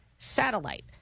Satellite